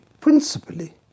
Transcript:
principally